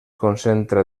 concentra